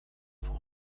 for